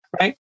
right